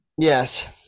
Yes